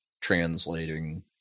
Translating